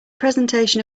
presentation